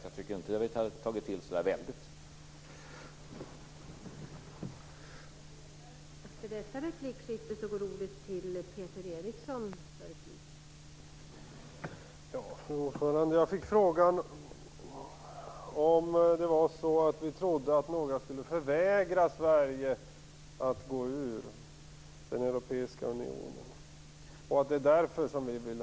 Jag tycker inte att vi har tagit till så väldigt mycket.